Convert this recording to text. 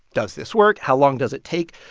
does this work? how long does it take?